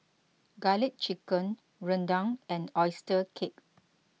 Garlic Chicken Rendang and Oyster Cake